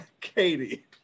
Katie